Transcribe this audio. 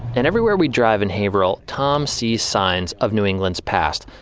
and everywhere we drive in haverhill, tom sees signs of new england's past.